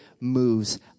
moves